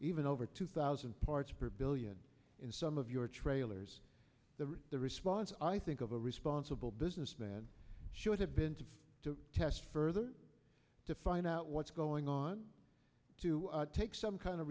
even over two thousand parts per billion in some of your trailers that the response i think of a responsible businessman should have been to to test further to find out what's going on to take some kind of